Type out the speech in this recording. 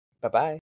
Bye-bye